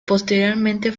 posteriormente